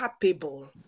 capable